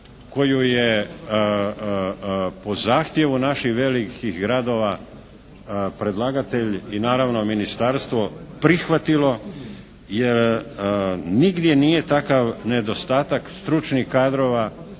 koju je po zahtjevu naših velikih gradova predlagatelj i naravno ministarstvo prihvatilo, jer nigdje nije takav nedostatak stručnih kadrova